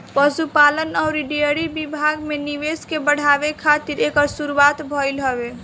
पशुपालन अउरी डेयरी विभाग में निवेश के बढ़ावे खातिर एकर शुरुआत भइल हवे